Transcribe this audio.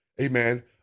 Amen